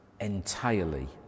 entirely